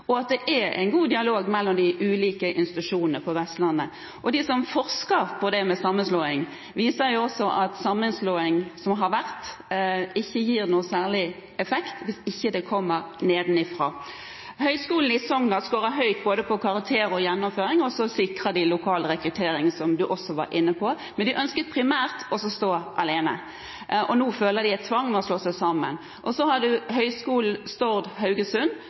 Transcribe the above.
Det er en god dialog mellom de ulike institusjonene på Vestlandet. De som forsker på det med sammenslåing, sier at sammenslåinger som har vært, viser at det ikke gir noen særlig effekt hvis det ikke kommer nedenifra. Høgskulen i Sogndal skårer høyt på både karakterer og gjennomføring, og de sikrer lokal rekruttering, som statsråden også var inne på. De ønsker primært å stå alene, men nå føler de en tvang til å slå seg sammen.